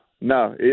no